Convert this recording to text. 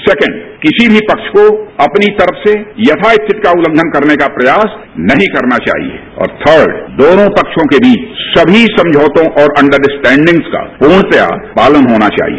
second किसी भी पक्ष को अपनी तरफ से यथास्थिति का उल्लंघन करने का प्रयास नहीं करना चाहिए और थर्ड दोनों पक्षों के बीच सभी समझौतों और अंडरस्टैंडिंग्स का पूर्णतया पालन होना चाहिए